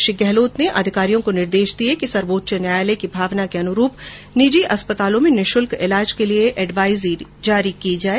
श्री गहलोत ने अधिकारियों को निर्देश दिए कि सर्वोच्च न्यायालय की भावना के अनुरूप निजी अस्पतालों में निःशुल्क ईलाज के लिए एडवाइजरी जारी की जाये